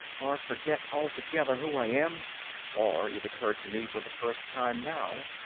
or forget altogether who i am or, it occurred to me for the first time now,